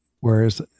whereas